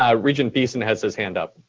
ah regent beeson has his hand up.